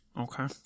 Okay